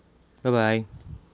bye bye